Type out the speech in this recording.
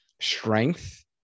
strength